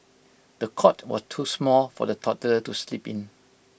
the cot was too small for the toddler to sleep in